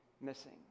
missing